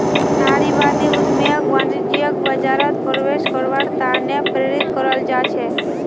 नारीवादी उद्यमियक वाणिज्यिक बाजारत प्रवेश करवार त न प्रेरित कराल जा छेक